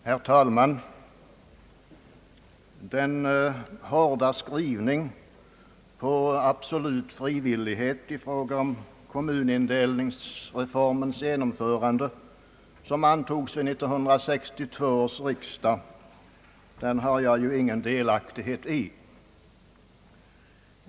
Herr talman! Den hårda skrivning på absolut frivillighet i fråga om kommunindelningsreformens genomförande som antogs av 1962 års riksdag har jag ingen delaktighet i.